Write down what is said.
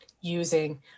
using